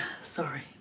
sorry